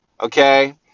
okay